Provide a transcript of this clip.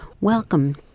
Welcome